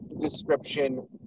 description